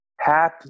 Hap